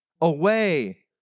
away